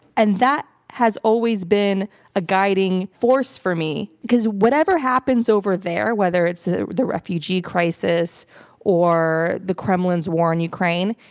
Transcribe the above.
and that has always been a guiding force for me because whatever happens over there, whether it's the the refugee crisis or the kremlin's war in ukraine,